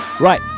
Right